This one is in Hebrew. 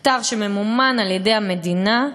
שממומן על-ידי המדינה,